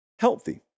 healthy